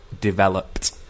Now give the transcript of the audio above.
developed